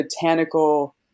botanical